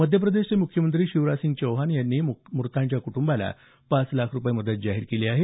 मध्यप्रदेशाचे मुख्यमंत्री शिवराजसिंह चौहान यांनी ही मृतांच्या कुटूंबाला पाच लाख रुपये मदत जाहीर केली आहे